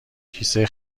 کیسه